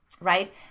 right